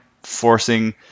forcing